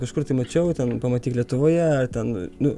kažkur tai mačiau ten pamatyk lietuvoje ar ten nu